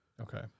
okay